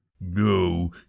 No